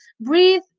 breathe